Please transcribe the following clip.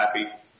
happy